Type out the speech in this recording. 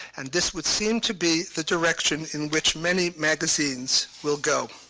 and this would seem to be the direction in which many magazine so will go.